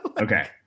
Okay